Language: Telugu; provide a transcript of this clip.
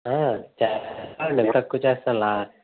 చేస్తాం అండి మరి ఎక్కువ చేస్తాం లా